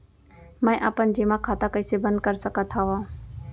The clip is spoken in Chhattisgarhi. मै अपन जेमा खाता कइसे बन्द कर सकत हओं?